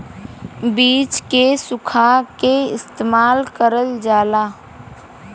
बीज के सुखा के इस्तेमाल करल जाला